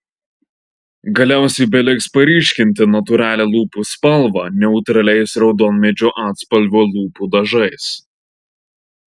galiausiai beliks paryškinti natūralią lūpų spalvą neutraliais raudonmedžio atspalvio lūpų dažais